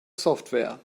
software